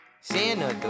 Santa